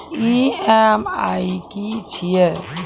EMI की छिये?